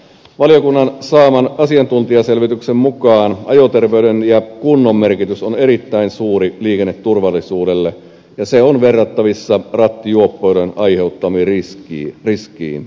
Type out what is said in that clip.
valiokunnan saaman asiantuntijaselvityksen mukaan ajoterveyden ja kunnon merkitys on erittäin suuri liikenneturvallisuudelle ja se on verrattavissa rattijuoppouden aiheuttamaan riskiin